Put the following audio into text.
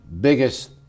biggest